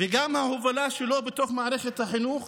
וגם ההובלה שלו בתוך מערכת החינוך